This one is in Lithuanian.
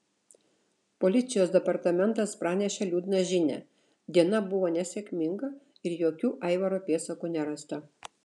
policijos departamentas pranešė liūdną žinią diena buvo nesėkminga ir jokių aivaro pėdsakų nerasta